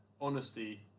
honesty